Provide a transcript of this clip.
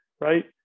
right